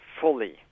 fully